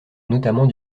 notamment